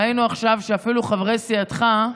ראינו עכשיו שאפילו חברי סיעתך,